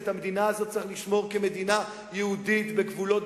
שאת המדינה הזו צריך לשמור כמדינה יהודית בגבולות